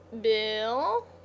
Bill